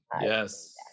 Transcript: Yes